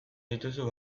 dituzu